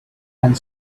and